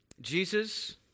Jesus